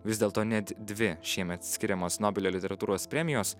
vis dėlto net dvi šiemet skiriamos nobelio literatūros premijos